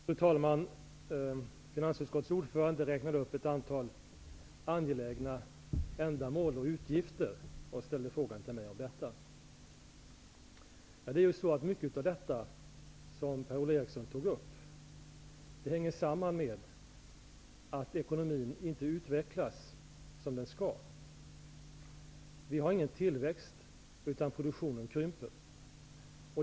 Fru talman! Finansutskottets ordförande räknade upp ett antal angelägna ändamål och utgifter och ställde frågor till mig om detta. Mycket av det som Per-Ola Eriksson tog upp hänger samman med att ekonomin inte har utvecklats som den skall. Vi har ingen tillväxt, utan produktionen krymper.